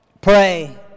pray